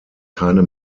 keine